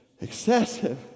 excessive